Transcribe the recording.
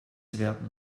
werden